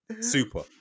super